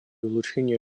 улучшения